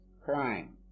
crime